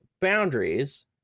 boundaries